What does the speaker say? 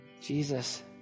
Jesus